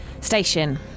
station